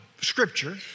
scripture